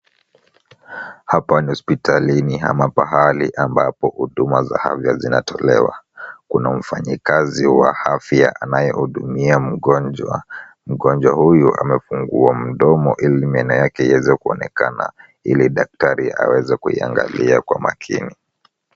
Hapa ni hospitalini ama pahali ambapo huduma za afya zinatolewa, kuna mfanyikazi wa afya anayehudumia mgonjwa, mgonjwa huyu amefungua mdomo ili meno yake iweze kuonekana, ili daktari aweze kuyaangalia kwa makini.